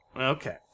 Okay